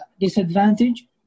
disadvantage